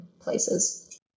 places